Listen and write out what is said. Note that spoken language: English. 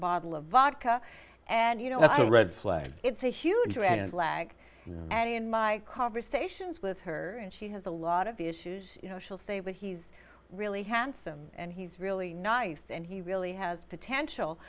bottle of vodka and you know the red flag it's a huge red and lag and in my conversations with her and she has a lot of issues you know she'll say well he's really handsome and he's really nice and he really has potential